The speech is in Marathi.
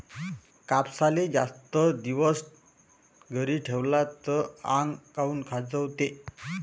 कापसाले जास्त दिवस घरी ठेवला त आंग काऊन खाजवते?